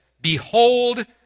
behold